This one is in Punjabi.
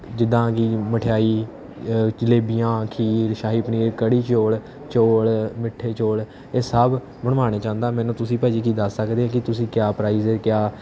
ਜਿੱਦਾਂ ਕਿ ਮਠਿਆਈ ਜਲੇਬੀਆਂ ਖੀਰ ਸ਼ਾਹੀ ਪਨੀਰ ਕੜੀ ਚੌਲ ਚੌਲ ਮਿੱਠੇ ਚੌਲ ਇਹ ਸਭ ਬਣਵਾਉਣੇ ਚਾਹੁੰਦਾ ਮੈਨੂੰ ਤੁਸੀਂ ਭਾਅ ਜੀ ਕਿ ਦੱਸ ਸਕਦੇ ਕਿ ਤੁਸੀਂ ਕਿਆ ਪ੍ਰਾਈਜ ਹੈ ਕਿਆ